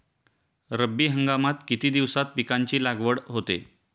रब्बी हंगामात किती दिवसांत पिकांची लागवड होते?